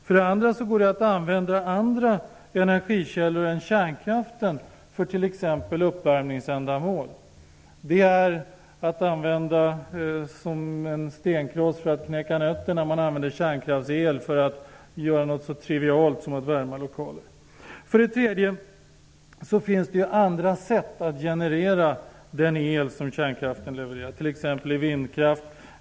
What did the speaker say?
För det andra går det att använda andra energikällor än kärnkraften för t.ex. uppvärmningsändamål. Det är som att använda en stenkross för att knäcka nötter, när man använder kärnkraftsel för att göra något så trivialt som att värma lokaler. För det tredje finns det andra sätt att generera den el som kärnkraften levererar, t.ex. vindkraft.